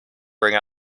bring